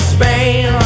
Spain